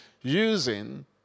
using